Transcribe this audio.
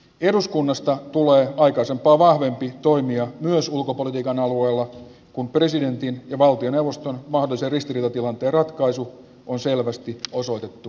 eduskunnasta tulee aikaisempaa vahvempia toimia myös ulkopolitiikan alueella kun presidentin ja valtioneuvoston vahvuisen ristiriitatilanteen ratkaisu on selvästi osoitettu